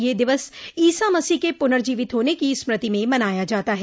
यह दिवस ईसामसीह के पुनर्जीवित होने की स्मृति में मनाया जाता है